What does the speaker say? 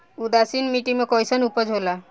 उदासीन मिट्टी में कईसन उपज होला?